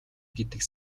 гэдэг